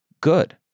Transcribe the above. good